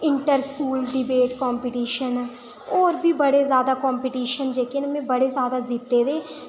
inter school debate competition होर बी बड़े ज्यादा कंपीटिशन न जेह्के में बड़े ज्यादा जित्ते दे